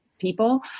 people